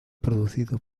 producido